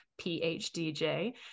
PhDJ